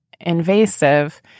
invasive